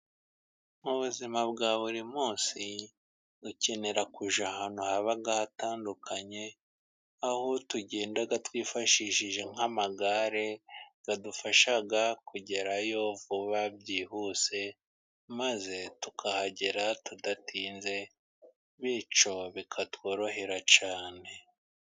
Mu buzima bwa buri munsi dukenera kujya ahantu haba hatandukanye. Aho tugenda twifashishije nk'amagare, adufasha kugerayo vuba byihuse, maze tukahagera tudatinze. Bityo bikatworohera cyane.